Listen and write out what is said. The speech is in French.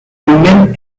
domaine